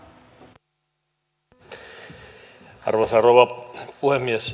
arvoisa rouva puhemies